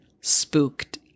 spooked